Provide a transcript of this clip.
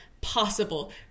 possible